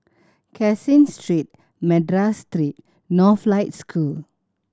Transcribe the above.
Caseen Street Madras Street Northlight School